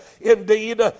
indeed